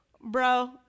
bro